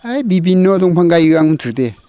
है बिभिनन' दंफां गायो आं मुथथे